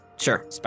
Sure